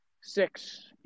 six